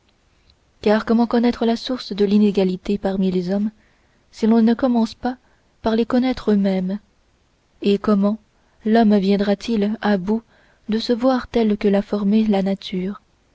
car comment connaître la source de l'inégalité parmi les hommes si l'on ne commence par les connaître eux-mêmes et comment l'homme viendra-t-il à bout de se voir tel que l'a formé la nature